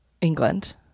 England